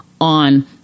on